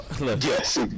Yes